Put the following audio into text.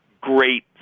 great